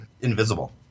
invisible